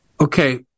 Okay